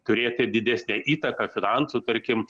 turėti didesnę įtaką finansų tarkim